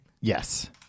Yes